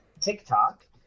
TikTok